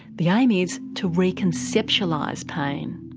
the aim is to reconceptualise pain.